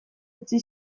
utzi